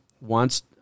Wants